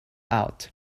out